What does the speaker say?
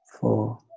four